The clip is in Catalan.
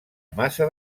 massa